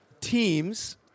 teams